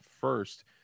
first